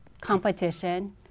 competition